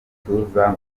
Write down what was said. gituza